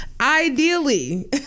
Ideally